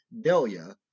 Delia